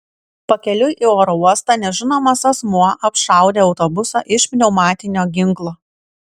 pakeliui į oro uostą nežinomas asmuo apšaudė autobusą iš pneumatinio ginklo